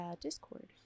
discord